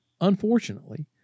Unfortunately